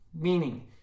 meaning